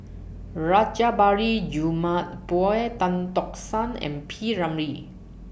Rajabali Jumabhoy Tan Tock San and P Ramlee